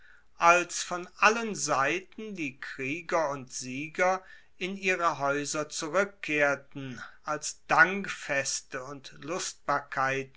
als von allen seiten die krieger und sieger in ihre haeuser zurueckkehrten als dankfeste und